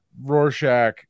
Rorschach